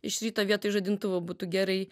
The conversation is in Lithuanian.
iš ryto vietoj žadintuvo būtų gerai